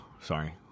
Sorry